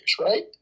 right